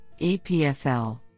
EPFL